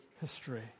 history